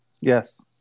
yes